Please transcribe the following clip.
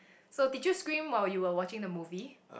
so did you scream while you were watching the movie